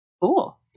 Cool